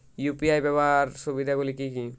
UPI ব্যাবহার সুবিধাগুলি কি কি?